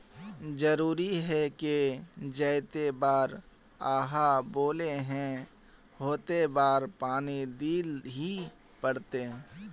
जरूरी है की जयते बार आहाँ बोले है होते बार पानी देल ही पड़ते?